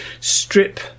strip